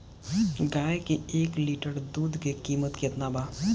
गाय के एक लीटर दूध के कीमत केतना बा?